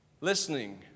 Listening